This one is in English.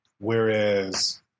Whereas